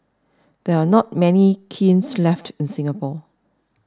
there are not many kilns left in Singapore